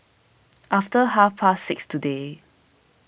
after half past six today